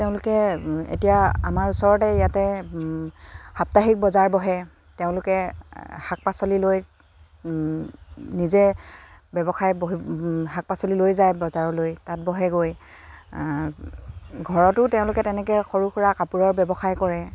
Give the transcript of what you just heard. তেওঁলোকে এতিয়া আমাৰ ওচৰতে ইয়াতে সাপ্তাহিক বজাৰ বহে তেওঁলোকে শাক পাচলি লৈ নিজে ব্যৱসায় বহি শাক পাচলি লৈ যায় বজাৰলৈ তাত বহেগৈ ঘৰতো তেওঁলোকে তেনেকে সৰু সুৰা কাপোৰৰ ব্যৱসায় কৰে